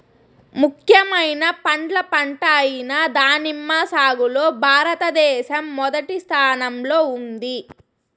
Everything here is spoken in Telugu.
ముఖ్యమైన పండ్ల పంట అయిన దానిమ్మ సాగులో భారతదేశం మొదటి స్థానంలో ఉంది